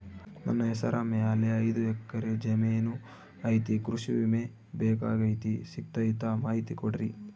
ನನ್ನ ಹೆಸರ ಮ್ಯಾಲೆ ಐದು ಎಕರೆ ಜಮೇನು ಐತಿ ಕೃಷಿ ವಿಮೆ ಬೇಕಾಗೈತಿ ಸಿಗ್ತೈತಾ ಮಾಹಿತಿ ಕೊಡ್ರಿ?